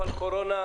יש קורונה,